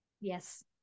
Yes